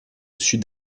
sud